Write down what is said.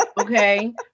Okay